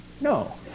no